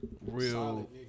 Real